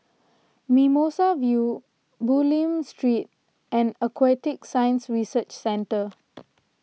Mimosa View Bulim Street and Aquatic Science Research Centre